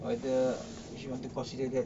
whether she want to consider that